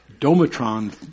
domatron